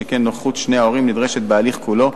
שכן נוכחות שני ההורים נדרשת בהליך כולו.